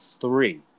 three